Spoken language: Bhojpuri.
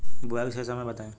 बुआई के सही समय बताई?